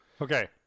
Okay